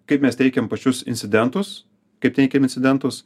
kaip mes teikiam pačius incidentus kaip teikiam incidentus